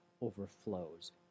overflows